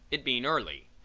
it being early.